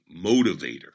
motivator